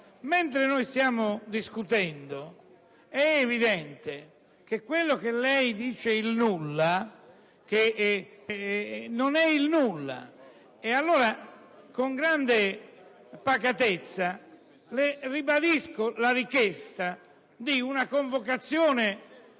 Mentre si discute è evidente che ciò che lei definisce il nulla non è il nulla e allora con grande pacatezza le ribadisco la richiesta di una convocazione